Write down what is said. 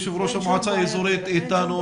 יו"ר המועצה האזורית איתנו,